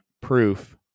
proof